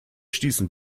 stießen